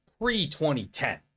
pre-2010